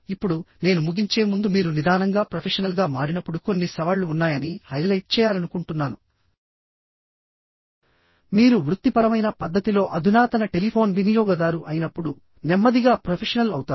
ఇప్పుడునేను ముగించే ముందు మీరు నిదానంగా ప్రొఫెషనల్గా మారినప్పుడు కొన్ని సవాళ్లు ఉన్నాయని హైలైట్ చేయాలనుకుంటున్నానుమీరు వృత్తిపరమైన పద్ధతిలో అధునాతన టెలిఫోన్ వినియోగదారు అయినప్పుడు నెమ్మదిగా ప్రొఫెషనల్ అవుతారు